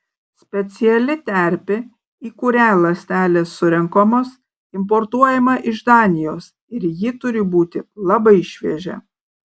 speciali terpė į kurią ląstelės surenkamos importuojama iš danijos ir ji turi būti labai šviežia